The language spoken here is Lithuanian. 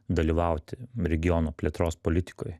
dalyvauti regiono plėtros politikoj